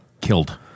killed